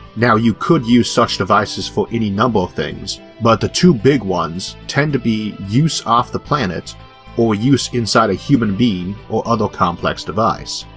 now you could use such devices for any number of things but the two big ones tend to be use off the planet or use inside a human being or other complex device.